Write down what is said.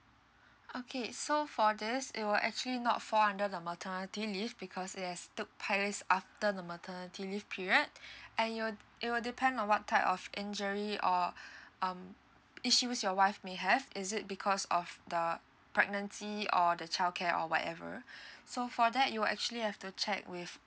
okay so for this it will actually not fall under the maternity leave because it has took place after the maternity leave period and you will it will depend on what type of injury or um issues your wife may have is it because of the pregnancy or the childcare or whatever so for that you'll actually have to check with